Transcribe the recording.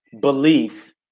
belief